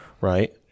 right